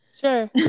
Sure